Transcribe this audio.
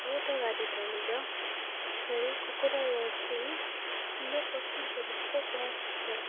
ବଳଦ ଗାଡ଼ି ଦୌଡ଼ ଛେଳି କୁକୁଡ଼ା ଲଢ଼େଇ କିମ୍ବା ପଶୁ ଜଡ଼ିତ କୌଣସି ଖେଳ